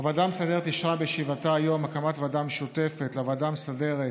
הוועדה המסדרת אישרה בישיבתה היום הקמת ועדה משותפת לוועדה המסדרת